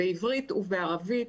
בעברית ובערבית.